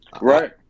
right